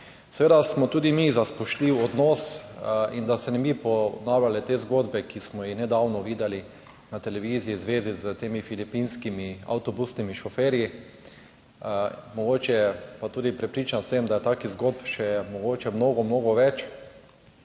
Seveda smo tudi mi za spoštljiv odnos in da se ne bi ponavljale te zgodbe, ki smo jih nedavno videli na televiziji v zvezi s temi filipinskimi avtobusnimi šoferji. Mogoče pa tudi prepričan sem, da je takih zgodb še mogoče mnogo,